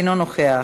אינו נוכח,